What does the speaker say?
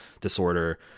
disorder